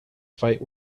fight